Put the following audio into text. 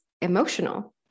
emotional